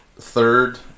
third